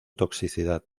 toxicidad